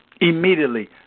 Immediately